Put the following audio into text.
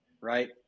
Right